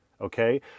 Okay